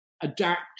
adapt